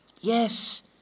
Yes